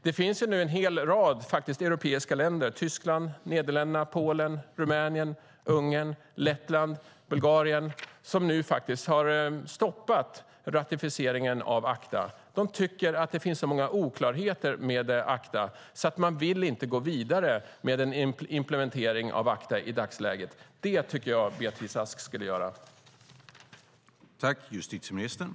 Det finns faktiskt en hel rad europeiska länder - Tyskland, Nederländerna, Polen, Rumänien, Ungern, Lettland och Bulgarien - som nu har stoppat ratificeringen av ACTA. De tycker att det finns så många oklarheter med ACTA att de inte vill gå vidare med en implementering av det i dagsläget. Det tycker jag att Beatrice Ask också skulle göra.